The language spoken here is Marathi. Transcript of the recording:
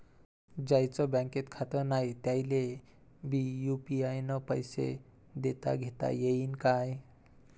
ज्याईचं बँकेत खातं नाय त्याईले बी यू.पी.आय न पैसे देताघेता येईन काय?